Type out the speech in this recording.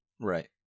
Right